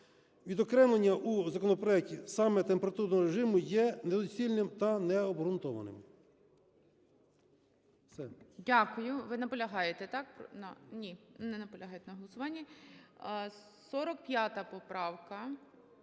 Відокремлення у законопроекті саме температурного режиму є недоцільним та необґрунтованим.